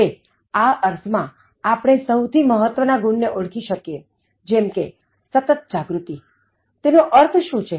હવે આ અર્થ માં આપણે સહુથી મહત્ત્વ ના ગુણને ઓળખી શકીએ જેમકે સતત જાગૃતિ તેનો અર્થ શું છે